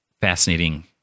fascinating